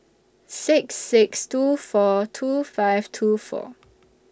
six six two four two five two four